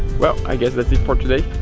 well, i guess that's it for today.